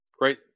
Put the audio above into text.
great